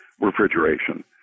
refrigeration